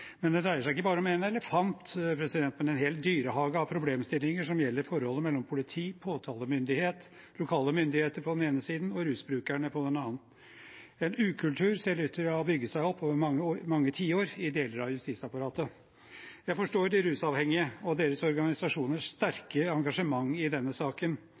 Men det dreier seg ikke bare om en elefant, men en hel dyrehage av problemstillinger som gjelder forholdet mellom politi, påtalemyndighet, lokale myndigheter på den ene siden og rusbrukerne på den andre. En ukultur ser ut til å ha bygget seg opp over mange tiår i deler av justisapparatet. Jeg forstår de rusavhengige og deres organisasjoners sterke engasjement i denne saken.